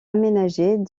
aménagés